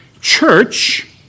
church